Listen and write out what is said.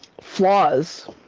flaws